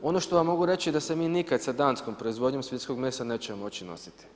Ono što vam mogu reći da se mi nikad sa danskom proizvodnjom svinjskog mesa nećemo moći nositi.